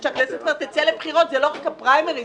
כדי שהכנסת תצא לבחירות זה לא רק הפריימריז.